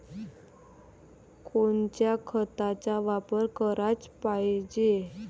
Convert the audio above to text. कोनच्या खताचा वापर कराच पायजे?